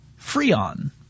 Freon